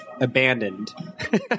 abandoned